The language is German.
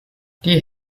die